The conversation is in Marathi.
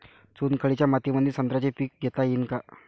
चुनखडीच्या मातीमंदी संत्र्याचे पीक घेता येईन का?